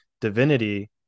divinity